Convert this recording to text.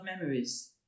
memories